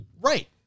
Right